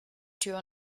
tür